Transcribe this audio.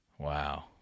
wow